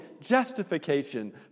justification